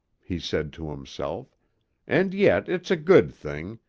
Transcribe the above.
he said to himself and yet it's a good thing,